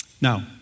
Now